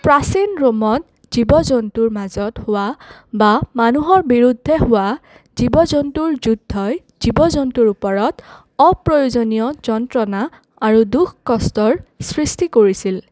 প্ৰাচীন ৰোমত জীৱ জন্তুৰ মাজত হোৱা বা মানুহৰ বিৰুদ্ধে হোৱা জীৱ জন্তুৰ যুদ্ধই জীৱ জন্তুৰ ওপৰত অপ্ৰয়োজনীয় যন্ত্ৰণা আৰু দুখ কষ্টৰ সৃষ্টি কৰিছিল